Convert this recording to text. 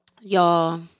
y'all